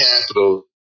capital